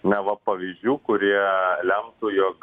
neva pavyzdžių kurie lemtų jog